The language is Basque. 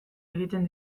egiten